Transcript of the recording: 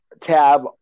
tab